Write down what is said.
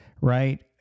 right